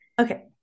okay